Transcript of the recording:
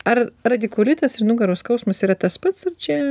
ar radikulitas ir nugaros skausmas yra tas pats ar čia